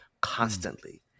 constantly